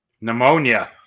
Pneumonia